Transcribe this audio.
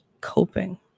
coping